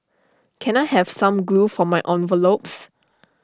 can I have some glue for my envelopes